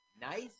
Nice